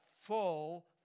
full